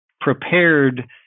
prepared